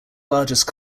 largest